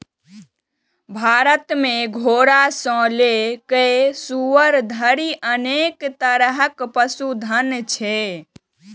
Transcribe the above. भारत मे घोड़ा सं लए कए सुअर धरि अनेक तरहक पशुधन छै